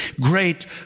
Great